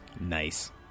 nice